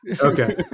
okay